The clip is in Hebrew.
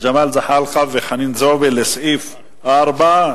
ג'מאל זחאלקה וחנין זועבי לסעיף 4,